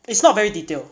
it's not very detailed